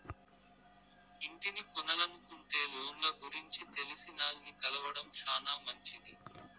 ఇంటిని కొనలనుకుంటే లోన్ల గురించి తెలిసినాల్ని కలవడం శానా మంచిది